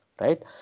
right